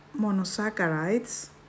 monosaccharides